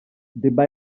debba